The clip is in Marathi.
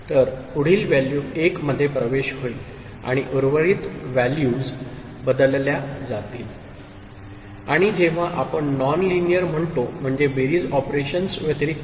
तर पुढील व्हॅल्यू 1 मध्ये प्रवेश होईल आणि उर्वरित व्हॅल्यूज बदलल्या जातील आणि जेव्हा आपण नॉन लिनियर म्हणतो म्हणजे बेरीज ऑपरेशन्स व्यतिरिक्त